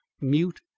mute